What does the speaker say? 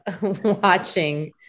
watching